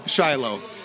Shiloh